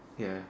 ya